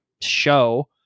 show